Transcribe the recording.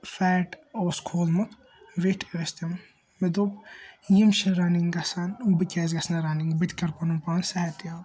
fat اوس کھولمُت ویٚٹھ أسۍ تِم مےٚ دوٚپ یِم چھِ رَننگ گَژھان بہٕ کیازِ گَژھہٕ نہٕ رَننگ بہٕ تہِ کَر پَنُن پان صِحت یاب